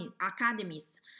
academies